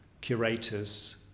curators